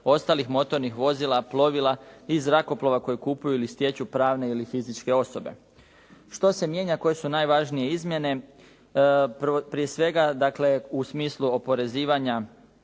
ostalih motornih vozila, plovila i zrakoplova koji kupuju ili stječu pravne ili fizičke osobe. Što se mijenja, koje su najvažnije izmjene? Prije svega, dakle u smislu oporezivanja